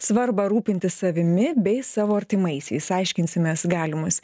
svarbą rūpintis savimi bei savo artimaisiais aiškinsimės galimus